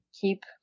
keep